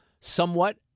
somewhat